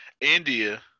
India